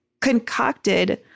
concocted